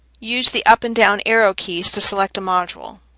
use the up and down arrow keys to select a module.